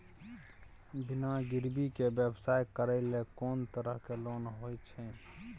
बिना गिरवी के व्यवसाय करै ले कोन तरह के लोन होए छै?